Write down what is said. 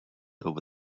over